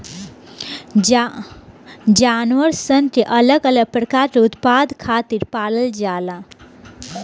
जानवर सन के अलग अलग प्रकार के उत्पाद खातिर पालल जाला